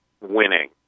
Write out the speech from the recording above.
winning